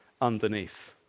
underneath